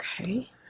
okay